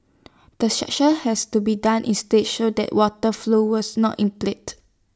the section has to be done in stages that water flow was not